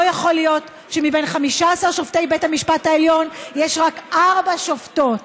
לא יכול להיות שמבין 15 שופטי בית המשפט העליון יש רק ארבע שופטות,